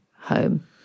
home